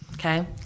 Okay